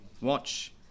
Watch